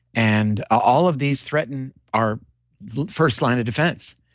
and all of these threaten our first line of defense.